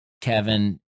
Kevin